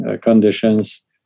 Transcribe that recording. conditions